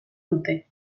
dute